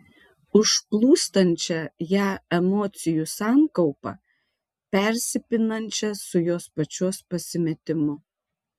užplūstančią ją emocijų sankaupą persipinančią su jos pačios pasimetimu